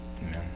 Amen